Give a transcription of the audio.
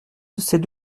ces